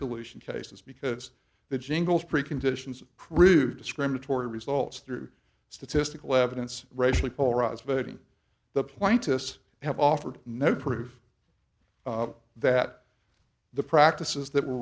dilution cases because the jingles preconditions crude discriminatory results through statistical evidence racially polarized voting the pointis have offered no proof of that the practices that were